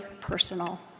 personal